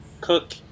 cook